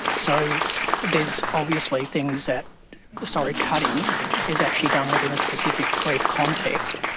so there's obviously things that sorry-cutting is actually done within a specific grief context,